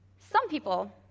some people